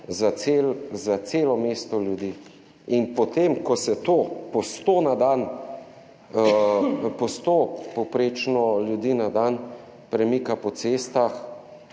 za celo mesto ljudi in potem, ko se to po sto na dan, po sto povprečno ljudi na dan premika po cestah